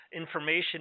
information